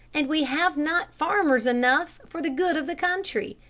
and we have not farmers enough for the good of the country.